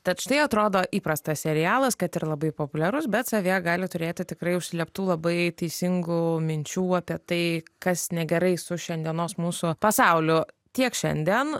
tad štai atrodo įprastas serialas kad ir labai populiarus bet savyje gali turėti tikrai užslėptų labai teisingų minčių apie tai kas negerai su šiandienos mūsų pasauliu tiek šiandien